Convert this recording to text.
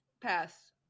Pass